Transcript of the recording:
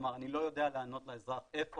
כלומר אני לא יודע לענות לאזרח איפה